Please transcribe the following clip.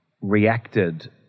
reacted